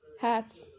Hats